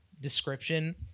description